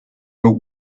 but